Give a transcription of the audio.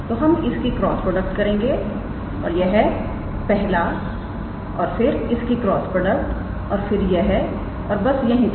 तो हम इसकी क्रॉस प्रोडक्ट करेंगे और यह पहला और फिर इसकी क्रॉस प्रोडक्ट और फिर यह और बस यहीं तक